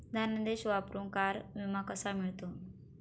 धनादेश वापरून कार विमा कसा मिळतो?